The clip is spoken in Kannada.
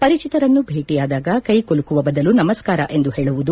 ಪರಿಚಿತರನ್ನು ಭೇಟಿಯಾದಾಗ ಕ್ಷೆ ಕುಲುಕುವ ಬದಲು ನಮಸ್ಥಾರ ಎಂದು ಹೇಳುವುದು